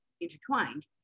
intertwined